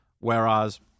Whereas